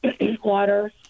water